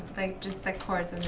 like just the chords